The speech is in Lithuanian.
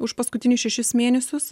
už paskutinius šešis mėnesius